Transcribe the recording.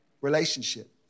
relationship